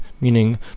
meaning